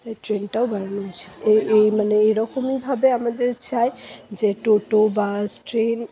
তাই ট্রেনটাও বাড়ানো উচিত এই এই মানে এইরকমই ভাবে আমাদের চায় যে টোটো বাস ট্রেন